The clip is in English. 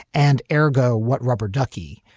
and aragao what rubber ducky?